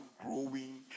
growing